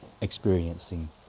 experiencing